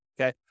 Okay